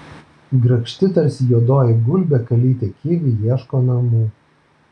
grakšti tarsi juodoji gulbė kalytė kivi ieško namų